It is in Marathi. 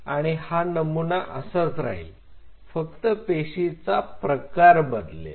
आणि हा नमुना असाच राहील फक्त पेशीचा प्रकार बदलेल